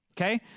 Okay